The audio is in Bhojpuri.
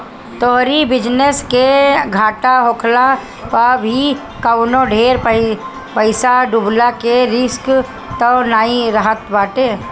तोहरी बिजनेस के घाटा होखला पअ भी कवनो ढेर पईसा डूबला के रिस्क तअ नाइ रहत बाटे